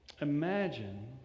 Imagine